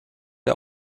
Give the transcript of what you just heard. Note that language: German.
der